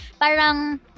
parang